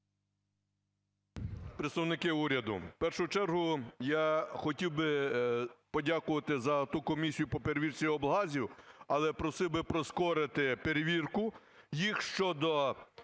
…представники уряду. В першу чергу, я хотів би подякувати за ту комісію по перевірці облгазів, але просив би прискорити перевірку їх щодо